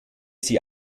sie